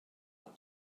alt